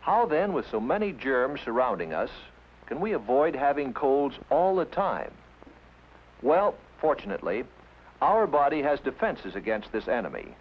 how then with so many germs surrounding us can we avoid having colds all the time well fortunately our body has defenses against this enemy